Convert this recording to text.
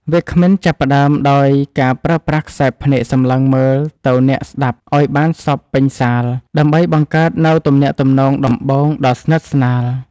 វាគ្មិនចាប់ផ្ដើមដោយការប្រើប្រាស់ខ្សែភ្នែកសម្លឹងមើលទៅអ្នកស្ដាប់ឱ្យបានសព្វពេញសាល ដើម្បីបង្កើតនូវទំនាក់ទំនងដំបូងដ៏ស្និទ្ធស្នាល។